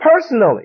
personally